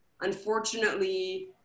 Unfortunately